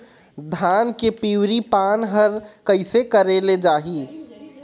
धान के पिवरी पान हर कइसे करेले जाही?